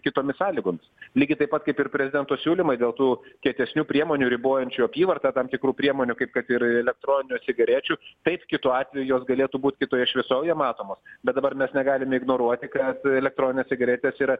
kitomis sąlygomis lygiai taip pat kaip ir prezidento siūlymai dėl tų kietesnių priemonių ribojančių apyvartą tam tikrų priemonių kaip kad ir eleketroninių cigarečių taip kitu atveju jos galėtų būt kitoje šviesoje matomos bet dabar mes negalime ignoruoti kad elektroninės cigaretės yra